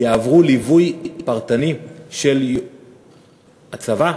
יעברו ליווי פרטני של הצבא.